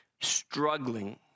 struggling